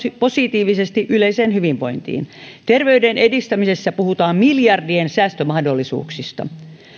positiivisesti yleiseen hyvinvointiin terveyden edistämisessä puhutaan miljardien säästömahdollisuuksista